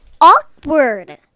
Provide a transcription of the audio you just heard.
awkward